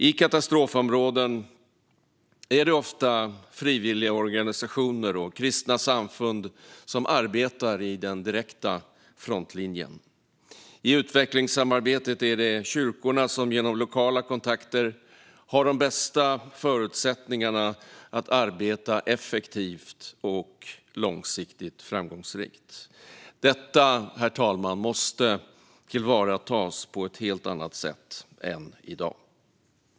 I katastrofområden är det ofta frivilligorganisationer och kristna samfund som arbetar i den direkta frontlinjen. I utvecklingssamarbetet är det kyrkorna som genom lokala kontakter har de bästa förutsättningarna att arbeta effektivt och långsiktigt framgångsrikt. Detta, herr talman, måste tillvaratas på ett helt annat sätt än i dag.